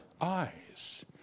eyes